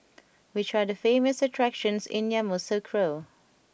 which are the famous attractions in Yamoussoukro